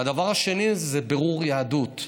והדבר השני זה בירור יהדות,